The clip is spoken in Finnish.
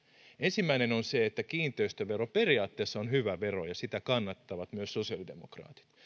ensimmäinen on se että kiinteistövero periaatteessa on hyvä vero ja sitä kannattavat myös sosiaalidemokraatit